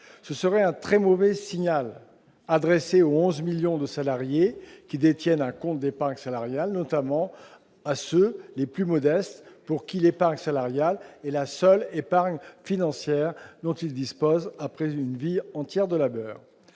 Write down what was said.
Ce serait un très mauvais signal adressé aux 11 millions de salariés qui détiennent un compte d'épargne salariale, notamment à ceux- les plus modestes -qui ne disposent que de cette seule épargne financière après une vie entière de labeur.